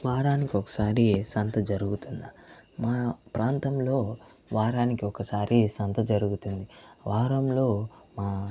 వారానికొకసారి సంత జరుగుతుంది మా ప్రాంతంలో వారానికొకసారి సంత జరుగుతుంది వారంలో మా